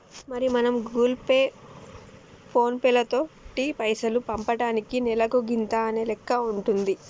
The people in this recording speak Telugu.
మరి మనం గూగుల్ పే ఫోన్ పేలతోటి పైసలు పంపటానికి నెలకు గింత అనే లెక్క ఉంటుంది